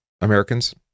Americans